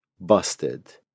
busted